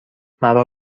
مرا